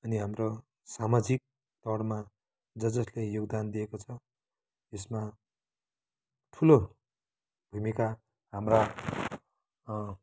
अनि हाम्रो सामाजिकतौरमा जजसले योगदान दिएको छ यसमा ठुलो भुमिका हाम्रा